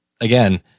again